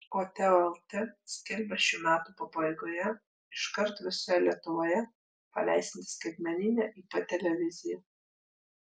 o teo lt skelbia šių metų pabaigoje iškart visoje lietuvoje paleisiantis skaitmeninę ip televiziją